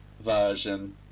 version